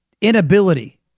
inability